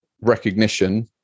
recognition